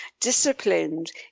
disciplined